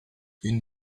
une